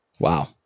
Wow